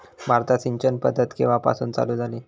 भारतात सिंचन पद्धत केवापासून चालू झाली?